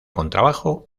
contrabajo